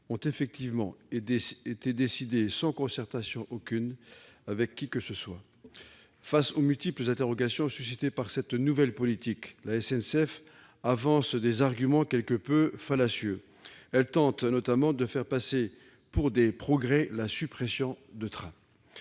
ont, effectivement, été décidés sans concertation aucune avec qui que ce soit. Face aux multiples interrogations suscitées par cette nouvelle politique, la SNCF avance des arguments quelque peu fallacieux. Elle tente, notamment, de faire passer pour des progrès la suppression de trains